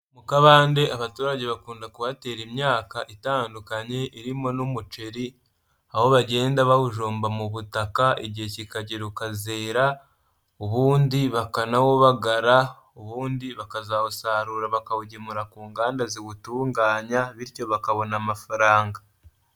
Mu kabande abaturage bakunda kuhatera imyaka itandukanye irimo n'umuceri, aho bagenda bawujomba mu butaka igihe kikagera ukazera, ubundi bakanawubagara ubundi bakazawusarura bakawugemura ku nganda ziwutunganya bityo bakabona amafaranga.